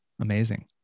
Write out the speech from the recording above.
Amazing